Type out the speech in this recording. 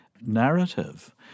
narrative